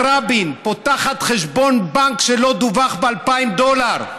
רבין פותחת חשבון בנק שלא דווח ב-2,000 דולר.